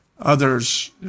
Others